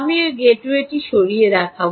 আমি এই গেটওয়েটি সরিয়ে দেখাব